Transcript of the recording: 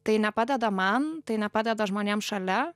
tai nepadeda man tai nepadeda žmonėm šalia